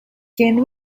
can